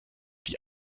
die